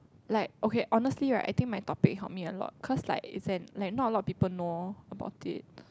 like okay honestly right I think my topic help me a lot cause like is an like not a lot of people know about it